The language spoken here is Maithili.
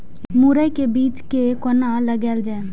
मुरे के बीज कै कोना लगायल जाय?